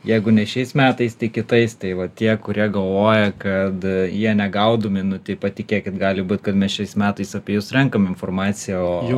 jeigu ne šiais metais tai kitais tai va tie kurie galvoja kad jie negaudomi nu tai patikėkit gali būt kad mes šiais metais apie jus renkam informaciją o